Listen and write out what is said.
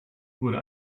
wurde